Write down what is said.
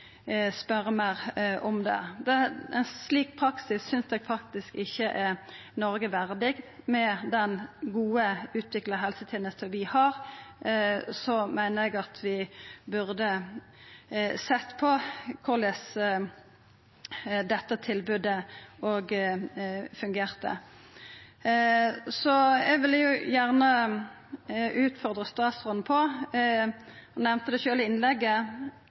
meir om det. Ein slik praksis synest eg faktisk ikkje er Noreg verdig. Med den gode, utvikla helsetenesta vi har, meiner eg at vi burde sett på korleis dette tilbodet fungerer. Så eg vil gjerne utfordra statsråden på, og han nemnde det sjølv i innlegget